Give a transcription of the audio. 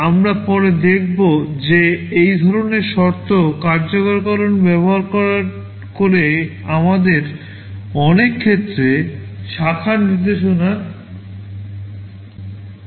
আমরা পরে দেখব যে এই ধরণের শর্ত কার্যকরকরণ ব্যবহার করে আমাদের অনেক ক্ষেত্রে শাখার নির্দেশনা রোধ করতে দেয়